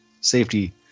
safety